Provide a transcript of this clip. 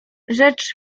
rzecz